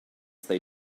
they